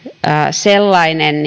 sellainen